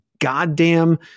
goddamn